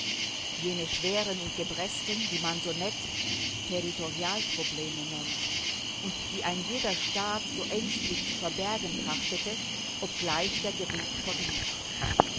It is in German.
jene schwären und gebresten die man so nett territorialprobleme nennt und die ein jeder staat so ängstlich zu verbergen trachtete obgleich der geruch verriet